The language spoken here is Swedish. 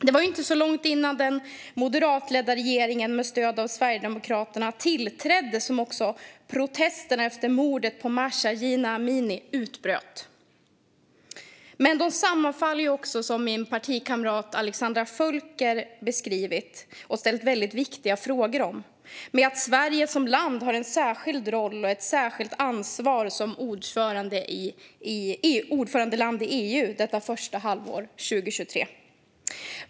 Det var inte så långt innan den moderatledda regeringen, med stöd av Sverigedemokraterna, tillträdde som protesterna efter mordet på Mahsa Jina Amini utbröt. Men de sammanfaller också, som min partikamrat Alexandra Völker beskrivit och ställt viktiga frågor om, med att Sverige som land har en särskild roll och ett särskilt ansvar som ordförandeland i EU detta första halvår 2023.